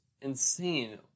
insane